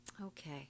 Okay